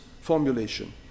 formulation